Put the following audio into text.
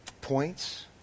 points